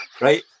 right